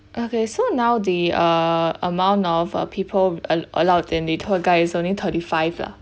okay so now the uh amount of uh people al~ allowed in the tour guide is only thirty-five lah